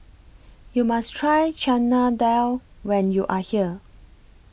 YOU must Try Chana Dal when YOU Are here